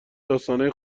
داستانای